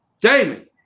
Damon